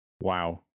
Wow